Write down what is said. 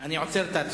אני עוצר את ההצבעה.